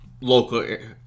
local